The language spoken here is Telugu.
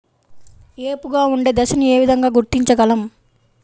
ఏపుగా ఉండే దశను ఏ విధంగా గుర్తించగలం?